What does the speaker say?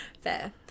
Fair